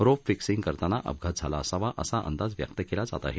रोप fixing करताना अपघात झाला असावा असा अंदाज व्यक्त केला जात आहे